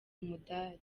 umudali